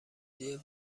جیه